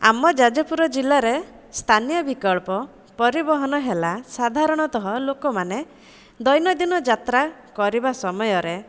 ଆମ ଯାଜପୁର ଜିଲ୍ଲାରେ ସ୍ଥାନୀୟ ବିକଳ୍ପ ପରିବହନ ହେଲା ସାଧାରଣତଃ ଲୋକମାନେ ଦୈନଦିନ ଯାତ୍ରା କରିବା ସମୟରେ